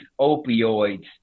opioids